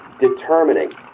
determining